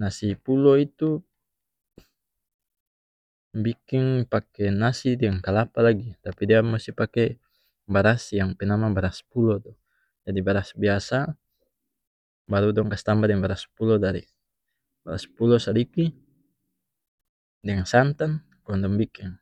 Nasi pulo itu biking pake nasi deng kalapa lagi tapi dia musi pake baras yang pe nama baras pulo tu jadi baras biasa baru dong kas tambah deng baras pulo dari baras pulo sadiki deng santan kong dong biking